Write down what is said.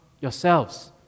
yourselves